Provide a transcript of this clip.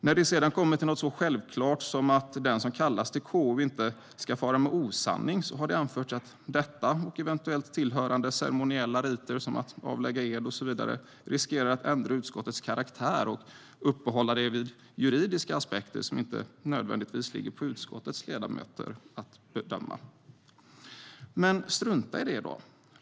När det sedan kommer till något så självklart som att den som kallas till KU inte ska fara med osanning har det anförts att detta och eventuella tillhörande ceremoniella riter som att avlägga ed och så vidare riskerar att ändra utskottets karaktär och uppehålla det vid juridiska aspekter som inte nödvändigtvis ligger på utskottets ledamöter att bedöma. Men strunta i det då!